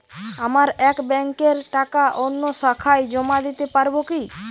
আমার এক ব্যাঙ্কের টাকা অন্য শাখায় জমা দিতে পারব কি?